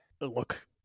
look